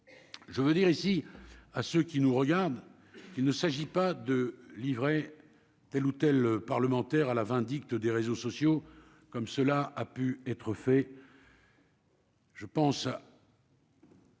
je veux dire ici à ceux qui nous regardent, il ne s'agit pas de livrer telle ou telle parlementaire à la vindicte des réseaux sociaux comme cela a pu être fait. Je pense.